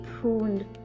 pruned